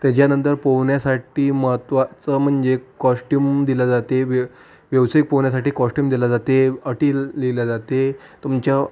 त्याच्यानंतर पोहण्यासाठी महत्त्वाचं म्हणजे कॉस्ट्युम दिल्या जाते व्यव व्यावसायिक पोहण्यासाठी कॉस्ट्युम दिल्या जाते अटी ल् लिहिल्या जाते तुमच्या